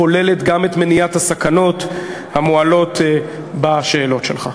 כוללים גם את מניעת הסכנות המועלות בשאלות שלך.